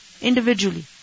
individually